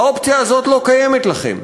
האופציה הזאת לא קיימת לכם,